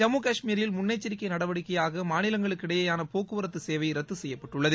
ஜம்மு கஷ்மீரில் முன்னெச்சரிக்கை நடவடிக்கையாக மாநிலங்களுக்கு இடையேயான போக்குவரத்து சேவை ரத்து செய்யப்பட்டுள்ளது